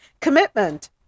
commitment